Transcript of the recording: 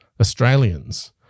Australians